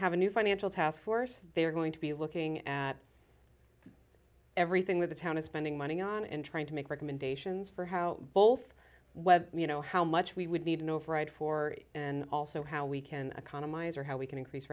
have a new financial taskforce they're going to be looking at everything that the town is spending money on in trying to make recommendations for how both well you know how much we would need an override for and also how we can economize or how we can increase